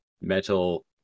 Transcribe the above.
Metal